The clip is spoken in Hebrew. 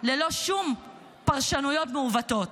ללא שום פרשנויות מעוותות.